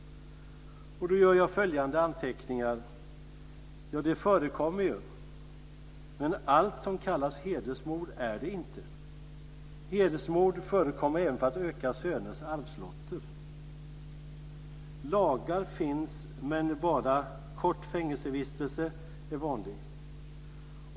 Jag gjorde följande anteckningar: Ja, det förekommer ju, men allt som kallas hedersmord är det inte. Hedersmord förekommer även för att öka söners arvslotter. Lagar finns, men bara kort fängelsevistelse är vanligt.